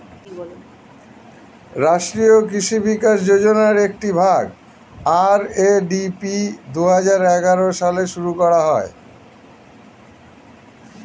রাষ্ট্রীয় কৃষি বিকাশ যোজনার একটি ভাগ, আর.এ.ডি.পি দুহাজার এগারো সালে শুরু করা হয়